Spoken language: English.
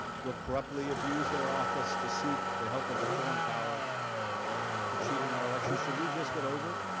will correctly abused their office to seek the help of a foreign power to cheat in our elections? should we just get over it?